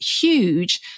huge